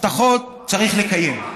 הבטחות צריך לקיים,